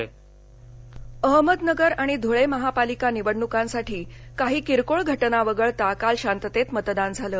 निवडणक अहमदनगर अहमदनगर आणि धुळे महापालिका निवडण्कांसाठी काही किरकोळ घटना वगळता काल शांततेत मतदान झालं